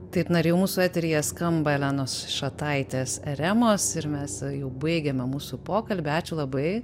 taip na ir jau mūsų eteryje skamba elenos šataitės eremos ir mes jau baigiame mūsų pokalbį ačiū labai